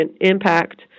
impact